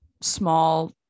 small